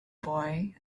boy